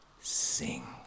sing